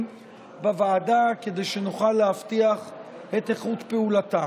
בוועדה כדי שנוכל להבטיח את איכות פעולתה.